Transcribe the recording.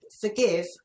forgive